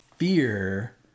Fear